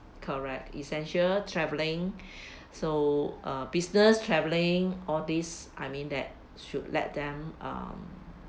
correct essential traveling so err business traveling all these I mean that should let them uh